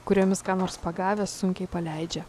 kuriomis ką nors pagavęs sunkiai paleidžia